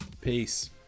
Peace